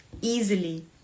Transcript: easily